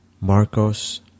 Marcos